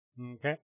Okay